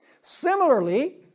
similarly